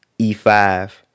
e5